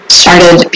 started